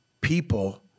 people